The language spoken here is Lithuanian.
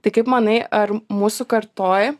tai kaip manai ar mūsų kartoj